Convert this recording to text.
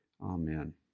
Amen